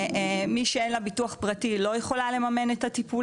שמי שאין לה ביטוח פרטי לא יכולה לממן את הטיפול